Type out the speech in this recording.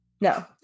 No